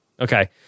Okay